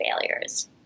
failures